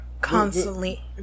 constantly